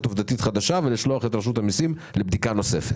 עובדתית חדשה ולשלוח את רשות המיסים לבדיקה נוספת.